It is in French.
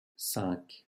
cinq